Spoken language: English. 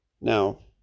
Now